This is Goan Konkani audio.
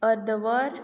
अर्द वर